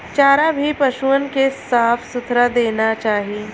चारा भी पसुअन के साफ सुथरा देना चाही